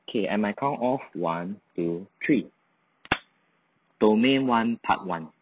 okay at my count of one two three domain one part one